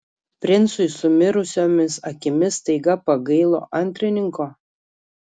princui su mirusiomis akimis staiga pagailo antrininko